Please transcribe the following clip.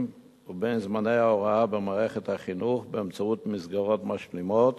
ובין זמני ההוראה במערכת החינוך באמצעות מסגרות משלימות